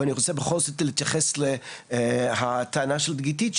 אבל אני רוצה בכל זאת להתייחס לטענה של גיתית,